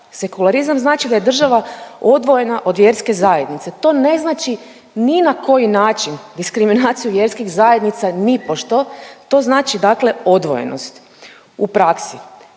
sekularizam znači da je država odvojena od vjerske zajednice. To ne znači ni na koji način diskriminaciju vjerskih zajednica nipošto, to znači odvojenost. U praksi,